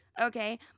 Okay